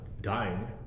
dying